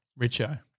Richo